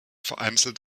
vereinzelt